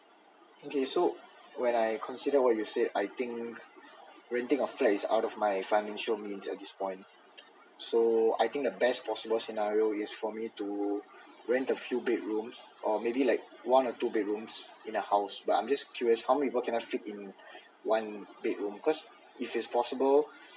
okay so when I consider what you said I think renting a flat is out of my financial means at this point so I think the best possible scenario is for me to rent a few bedrooms or maybe like one or two bedrooms in the house but I'm just curious how many people can I fit in like one bedroom cause if it's possible